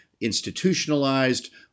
institutionalized